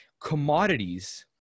commodities